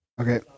okay